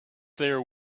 there